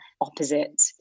opposite